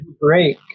Break